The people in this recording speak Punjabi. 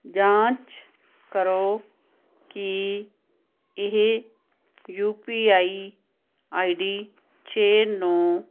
ਜਾਂਚ ਕਰੋ ਕੀ ਇਹ U P I I D ਛੇ ਨੌ